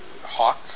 Hawk